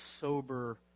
sober